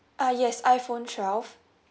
ah yes iphone twelve